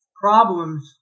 problems